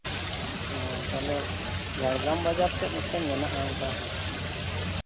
ᱚᱻ ᱛᱟᱦᱞᱮ ᱡᱷᱟᱲᱜᱨᱟᱢ ᱵᱟᱡᱟᱨ ᱥᱮᱫ ᱢᱤᱫᱴᱮᱱ ᱢᱮᱱᱟᱜᱼᱟ ᱚᱱᱠᱟ